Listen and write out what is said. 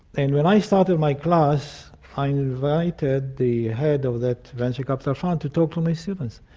and when i started my class i invited the head of that venture capital fund to talk to my students.